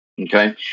okay